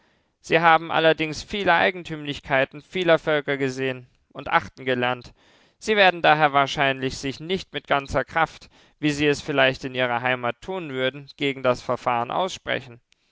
sie haben allerdings viele eigentümlichkeiten vieler völker gesehen und achten gelernt sie werden daher wahrscheinlich sich nicht mit ganzer kraft wie sie es vielleicht in ihrer heimat tun würden gegen das verfahren aussprechen